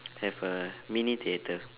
have a mini theatre